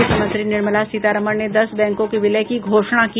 वित्त मंत्री निर्मला सीतारमन ने दस बैंकों के विलय की घोषणा की